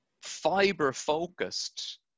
fiber-focused